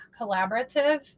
Collaborative